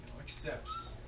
accepts